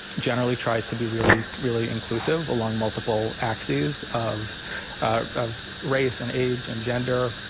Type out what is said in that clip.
generally tries to be really, really inclusive along multiple axes of ah of race and age and gender.